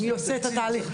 מי עושה את התהליך?